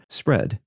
spread